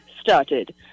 started